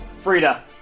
Frida